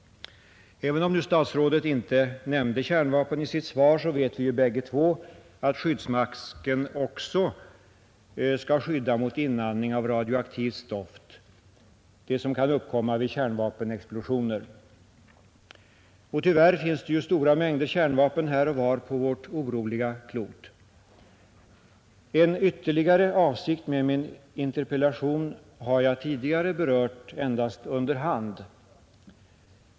Även om statsrådet inte nämnde kärnvapen i sitt svar, så vet vi ju bägge två att skyddsmasken också skall skydda mot inandning av radioaktivt stoft, som kan uppkomma vid kärnvapenexplosioner. Och tyvärr finns det ju stora mängder kärnvapen här och var på vårt oroliga klot. En ytterligare avsikt med min interpellation har jag tidigare berört endast under hand.